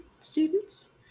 students